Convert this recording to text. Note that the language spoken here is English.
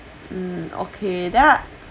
mm okay then I